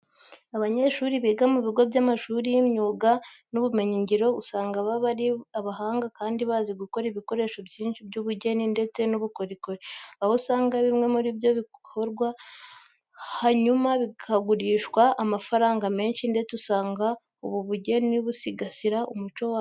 Abanyeshuri biga mu bigo by'amashuri by'imyuga n'ubumenyingiro usanga baba ari abahanga kandi bazi gukora ibikoresho byinshi by'ubugeni ndetse n'ubukorikori, aho usanga bimwe muri byo bikorwa hanyuma bikagurishwa amafaranga menshi ndetse usanga ubu bugeni busigasira umuco wacu.